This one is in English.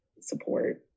support